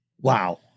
wow